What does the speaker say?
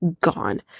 gone